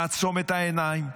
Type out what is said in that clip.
נעצום את העיניים,